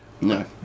no